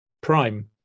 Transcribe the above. Prime